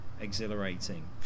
Exhilarating